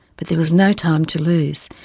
but there was no time to lose,